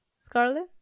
Scarlet